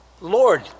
Lord